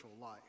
life